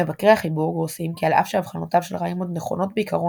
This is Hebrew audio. מבקרי החיבור גורסים כי על אף שאבחנותיו של ריימונד נכונות בעיקרון,